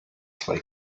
zwei